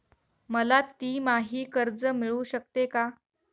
मला तिमाही कर्ज मिळू शकते का?